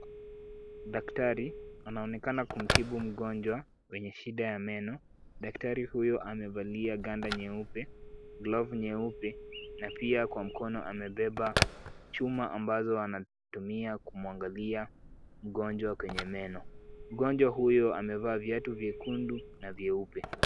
Daktari, anaonekana kumtibu mgonjwa mwenye shida ya meno. Daktari huyo amevalia ganda nyeupe, glovu nyeupe na pia kwa mkono amebeba chuma ambazo anatumia kumwangalia mgonjwa kwenye meno. Mgonjwa huyo amevaa viatu vyekundu na vyeupe.